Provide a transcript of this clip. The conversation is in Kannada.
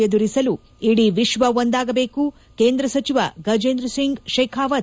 ಎದುರಿಸಲು ಇಡೀ ವಿಶ್ವ ಒಂದಾಗಬೇಕು ಕೇಂದ್ರ ಸಚಿವ ಗಜೇಂದ್ರ ಸಿಂಗ್ ಶೆಖಾವತ್